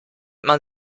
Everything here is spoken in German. man